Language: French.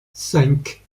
cinq